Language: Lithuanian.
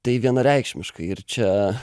tai vienareikšmiškai ir čia